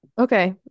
Okay